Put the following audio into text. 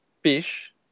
fish